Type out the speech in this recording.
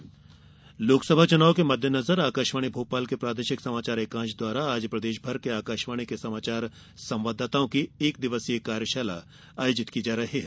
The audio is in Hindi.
आकाशवाणी कार्यशाला लोकसभा चुनाव के मददेनजर आकाशवाणी भोपाल के प्रादेशिक समाचार एकांश द्वारा आज प्रदेशभर के आकाशवाणी के समाचार संवाददाताओं की एक दिवसीय कार्यशाला आयोजित की जा रही है